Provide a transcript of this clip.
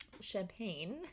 champagne